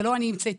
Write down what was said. זה לא אני המצאתי,